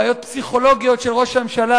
בעיות פסיכולוגיות של ראש הממשלה,